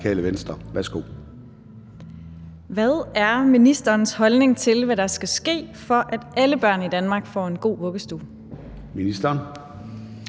Hvad er ministerens holdning til, hvad der skal ske, for at alle børn i Danmark får en god vuggestue? Skriftlig